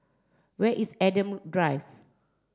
where is Adam Drive